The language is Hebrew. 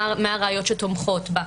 מה הראיות שתומכות בה.